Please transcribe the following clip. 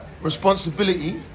responsibility